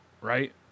right